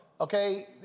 okay